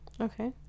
okay